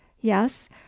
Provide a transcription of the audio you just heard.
yes